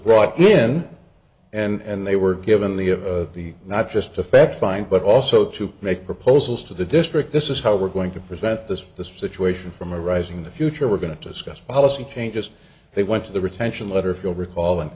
brought in and they were given the of the not just effect fine but also to make proposals to the district this is how we're going to prevent this this situation from arising the future we're going to discuss policy changes they went to the retention letter feel recall and